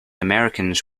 americans